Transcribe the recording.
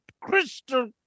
crystal